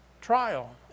trial